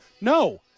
No